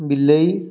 ବିଲେଇ